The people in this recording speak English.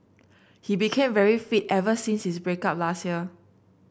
he became very fit ever since his break up last year